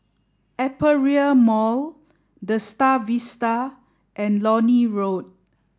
Aperia Mall The Star Vista and Lornie Road